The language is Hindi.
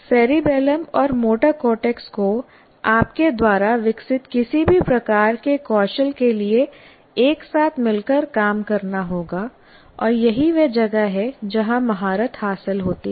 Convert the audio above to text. सेरिबैलम और मोटर कॉर्टेक्स को आपके द्वारा विकसित किसी भी प्रकार के कौशल के लिए एक साथ मिलकर काम करना होगा और यही वह जगह है जहां महारत हासिल होती है